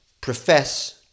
profess